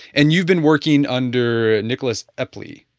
and you have been working under nicholas epley?